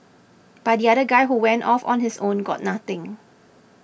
but the other guy who went off on his own got nothing